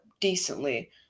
decently